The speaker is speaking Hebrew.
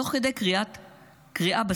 תוך כדי קריאה בספר,